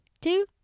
two